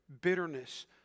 bitterness